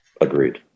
agreed